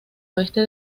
oeste